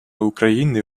україни